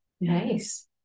Nice